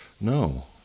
no